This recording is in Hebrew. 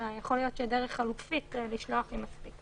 אלא יכול להיות שבדרך חלופית לשלוח היא מספיקה.